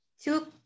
two